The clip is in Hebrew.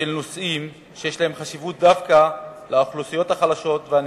של נושאים שיש להם חשיבות דווקא לאוכלוסיות החלשות והנזקקות.